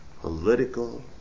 political